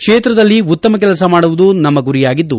ಕ್ಷೇತ್ರದಲ್ಲಿ ಉತ್ತಮ ಕೆಲಸ ಮಾಡುವುದು ನಮ್ಮ ಗುರಿಯಾಗಿದ್ದು